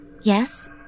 Yes